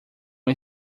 uma